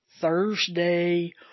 Thursday